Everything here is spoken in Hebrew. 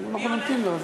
אנחנו נמתין לו.